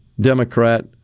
Democrat